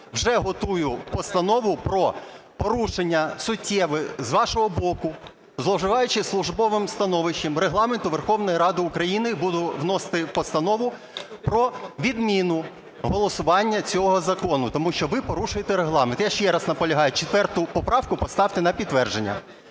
вже готую постанову про порушення суттєві з вашого боку, зловживаючи службовим становищем, Регламенту Верховної Ради України. Буду вносити постанову про відміну голосування цього закону, тому що ви порушуєте Регламент. Я ще раз наполягаю, 4 поправку поставте на підтвердження